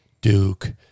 Duke